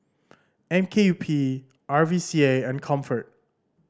M K U P R V C A and Comfort